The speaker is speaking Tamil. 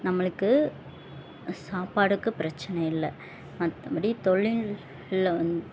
நம்மளுக்கு சாப்பாடுக்கு பிரச்சின இல்லை மற்றபடி தொழில்ல வந்